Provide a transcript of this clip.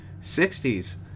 60s